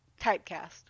typecast